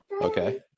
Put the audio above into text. Okay